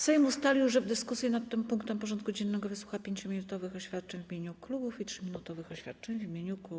Sejm ustalił, że w dyskusji nad tym punktem porządku dziennego wysłucha 5-minutowych oświadczeń w imieniu klubów i 3-minutowych oświadczeń w imieniu kół.